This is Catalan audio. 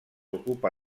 ocupa